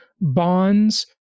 bonds